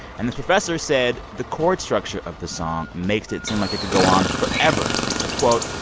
and the professor said the chord structure of the song makes it seem like it could go on forever. he says, quote,